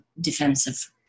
defensive